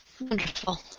Wonderful